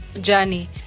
journey